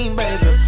baby